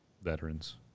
veterans